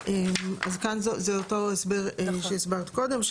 מסוימים."; אז כאן זה אותו הסבר שהסברת קודם,